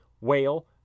whale